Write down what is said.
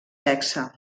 sexe